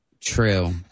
True